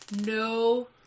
no